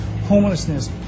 homelessness